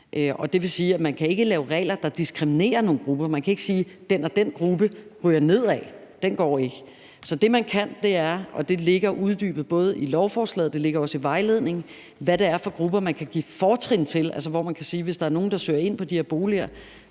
Det vil sige, at man ikke kan lave regler, der diskriminerer nogle grupper. Man kan ikke sige, at den og den gruppe ryger nedad. Den går ikke. Så det, der ligger uddybet både i lovforslaget og i vejledningen, er, hvad det er for grupper, der kan gives forrang til. Hvis der er nogen, der søger ind på de her boliger,